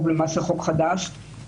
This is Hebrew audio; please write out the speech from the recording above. או למעשה חוק חדש,